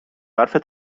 حرفت